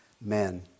men